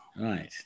Right